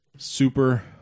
Super